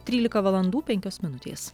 trylika valandų penkios minutės